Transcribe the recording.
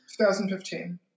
2015